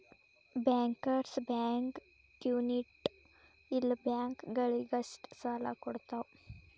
bankers bank ಕ್ಮ್ಯುನಿಟ್ ಇಲ್ಲ ಬ್ಯಾಂಕ ಗಳಿಗಷ್ಟ ಸಾಲಾ ಕೊಡ್ತಾವ